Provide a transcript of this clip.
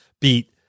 beat